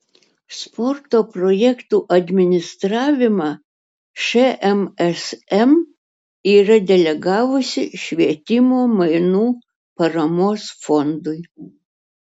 sporto projektų administravimą šmsm yra delegavusi švietimo mainų paramos fondui